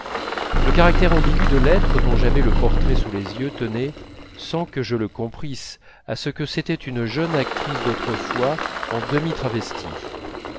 le caractère ambigu de l'être dont j'avais le portrait sous les yeux tenait sans que je le comprisse à ce que c'était une jeune actrice d'autrefois en